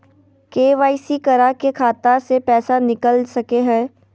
KYC करा के खाता से पैसा निकल सके हय?